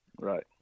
right